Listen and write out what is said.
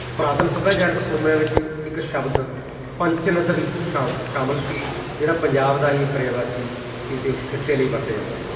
ਪੁਰਾਤਨ ਸੱਭਿਆਚਾਰਕ ਸੋਮਿਆਂ ਵਿੱਚ ਇੱਕ ਸ਼ਬਦ ਪੰਚ ਨਦਵੀ ਸ਼ਾਮ ਸ਼ਾਮਿਲ ਸੀ ਜਿਹੜਾ ਪੰਜਾਬ ਦਾ ਹੀ ਪਰਿਅਵਾਚੀ ਸੀ ਅਤੇ ਉਸ ਖਿੱਤੇ ਲਈ ਵਰਤਿਆ ਜਾਂਦਾ ਸੀ